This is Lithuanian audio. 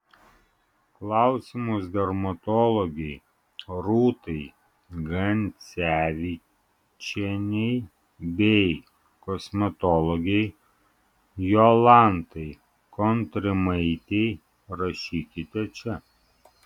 klausimus dermatologei rūtai gancevičienei bei kosmetologei jolantai kontrimaitei rašykite čia